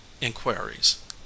inquiries